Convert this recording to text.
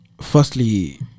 firstly